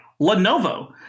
Lenovo